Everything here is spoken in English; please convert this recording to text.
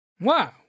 Wow